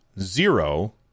zero